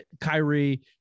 Kyrie